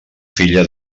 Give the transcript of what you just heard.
filla